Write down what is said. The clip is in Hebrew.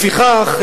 לפיכך,